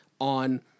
on